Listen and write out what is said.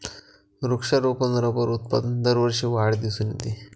वृक्षारोपण रबर उत्पादनात दरवर्षी वाढ दिसून येते